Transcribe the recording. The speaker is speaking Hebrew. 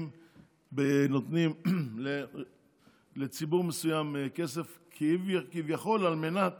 נותנים לציבור מסוים כסף, כביכול על מנת